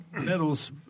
medals